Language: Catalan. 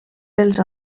pels